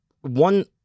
one